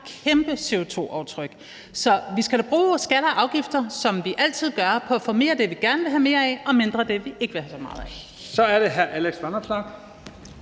kæmpe CO2-aftryk. Så vi skal da bruge skatter og afgifter, som vi altid gør det, nemlig på at få mere af det, vi gerne vil have mere af, og mindre af det, vi ikke vil have så meget af. Kl. 20:59 Første næstformand